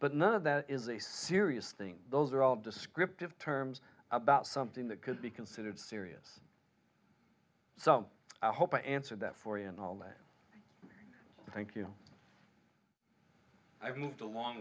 but none of that is a serious thing those are all descriptive terms about something that could be considered serious so i hope i answered that for you in all that thank you i've moved a long